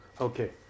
Okay